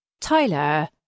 Tyler